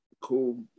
Cool